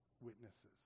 witnesses